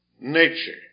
nature